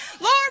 Lord